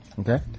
Okay